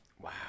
Wow